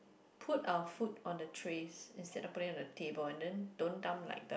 put our food on the trays instead of putting it on the table and then don't dump like